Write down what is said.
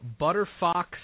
Butterfox